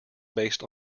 based